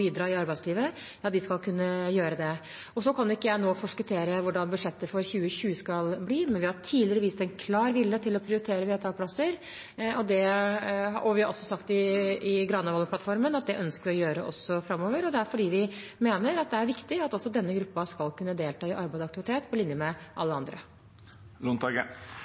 bidra i arbeidslivet, skal kunne gjøre det. Jeg kan ikke nå forskuttere hvordan budsjettet for 2020 skal bli, men vi har tidligere vist en klar vilje til å prioritere VTA-plasser. Vi har sagt i Granavolden-plattformen at vi ønsker å gjøre det også framover, og det er fordi vi mener at det er viktig at også denne gruppen skal kunne delta i arbeid og aktivitet, på linje med alle andre.